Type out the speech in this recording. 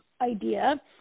idea